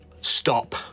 Stop